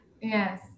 Yes